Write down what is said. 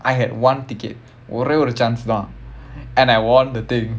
I had one ticket ஒரே ஒரு:orae oru chance lah and I won the thing